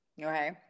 Okay